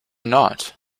not